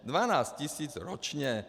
Dvanáct tisíc ročně.